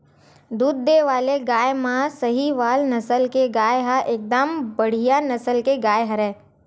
दूद देय वाले गाय म सहीवाल नसल के गाय ह एकदम बड़िहा नसल के गाय हरय